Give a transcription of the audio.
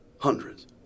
Hundreds